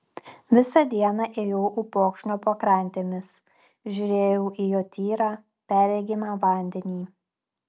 visą dieną ėjau upokšnio pakrantėmis žiūrėjau į jo tyrą perregimą vandenį